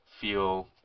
feel